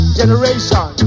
generation